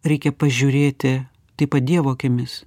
reikia pažiūrėti taip pat dievo akimis